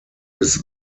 bis